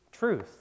truth